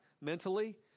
mentally